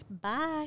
bye